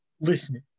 listening